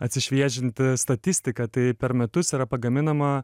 atsišviežinti statistiką tai per metus yra pagaminama